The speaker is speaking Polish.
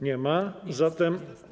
Nie ma, zatem.